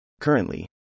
Currently